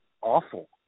awful